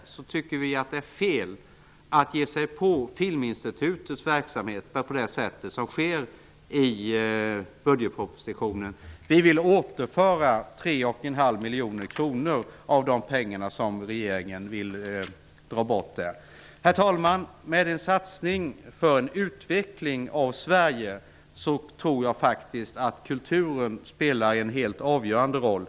På samma sätt tycker vi att det är fel att ge sig på Filminstitutets verksamhet på det sätt som sker i budgetpropositionen. Vi vill återföra 3,5 miljoner kronor av de pengar som regeringen vill minska anslaget till Filminstitutet med. Herr talman! I en satsning på utveckling av Sverige tror jag att kulturen spelar en helt avgörande roll.